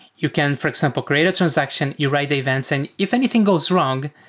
you can, for example, create a transaction. you write the events, and if anything goes wrong,